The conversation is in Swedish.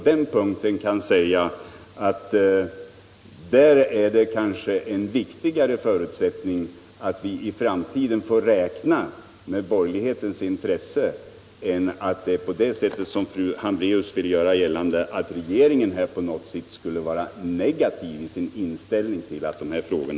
Det är bra om vi i framtiden får räkna med borgerlighetens intresse på den punkten.